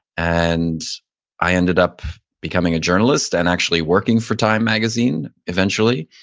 and i ended up becoming a journalist and actually working for time magazine eventually.